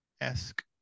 esque